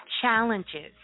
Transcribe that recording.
challenges